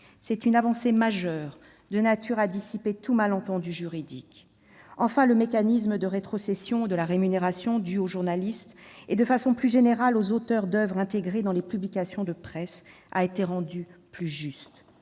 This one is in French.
C'est une avancée majeure de nature à dissiper tout malentendu juridique. Enfin, le mécanisme de rétrocession de la rémunération due aux journalistes, et de façon plus générale aux auteurs d'oeuvres intégrées dans les publications de presse, a été rendu plus juste.